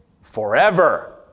forever